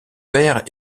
père